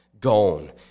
gone